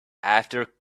after